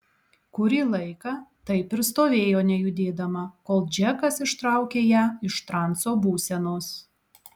kurį laiką taip ir stovėjo nejudėdama kol džekas ištraukė ją iš transo būsenos